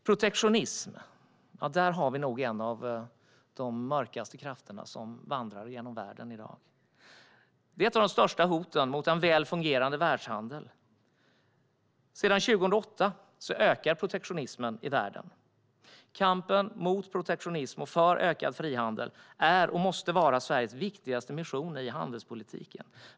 Protektionism är nog en av de mörkaste krafter som vandrar genom världen i dag. Det är ett av de största hoten mot en välfungerande världshandel. Sedan 2008 ökar protektionismen i världen. Kampen mot protektionism och för ökad frihandel är och måste vara Sveriges viktigaste mission i handelspolitiken.